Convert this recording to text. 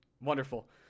Wonderful